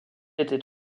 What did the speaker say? était